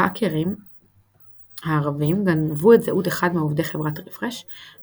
ההאקרים הערבים גנבו את זהות אחד מעובדי חברת ריפרש,